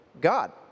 God